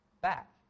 back